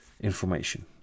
information